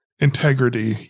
integrity